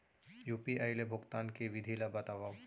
UPI ले भुगतान के विधि ला बतावव